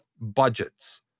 budgets